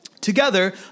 Together